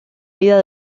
vida